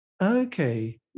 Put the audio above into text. Okay